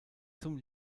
zum